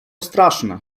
straszne